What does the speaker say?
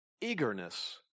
Eagerness